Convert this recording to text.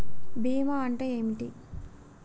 బీమా అంటే ఏమిటి?